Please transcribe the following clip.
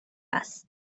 است